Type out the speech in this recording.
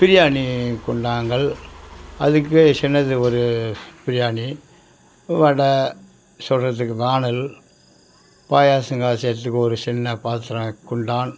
பிரியாணி குண்டான்கள் அதுக்கு சின்னது ஒரு பிரியாணி வடை சுடுறதுக்கு வாணலி பாயாசம் காய்ச்சிறத்துக்கு ஒரு சின்ன பாத்திர குண்டான்